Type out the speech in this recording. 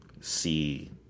see